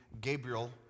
Gabriel